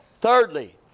thirdly